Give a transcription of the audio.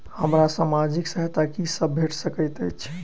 हमरा सामाजिक सहायता की सब भेट सकैत अछि?